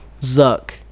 Zuck